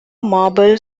marble